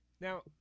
Now